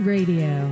Radio